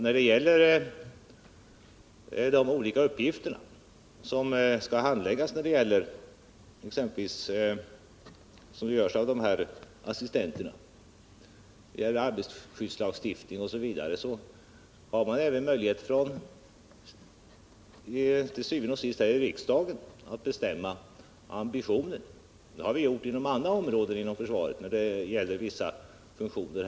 När det gäller de olika uppgifter som skall handläggas av assistenterna inom ramen för arbetarskyddslagstiftningen osv. har man även möjlighet, til syvende og sidst här i riksdagen, att bestämma ambitionsnivån. Det har vi gjort inom andra områden av försvaret när det gäller vissa funktioner.